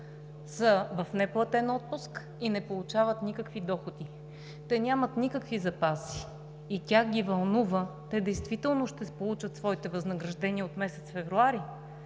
са в неплатен отпуск и не получават никакви доходи. Те нямат никакви запаси и тях ги вълнува, те действително ще получат своите възнаграждения от месец февруари,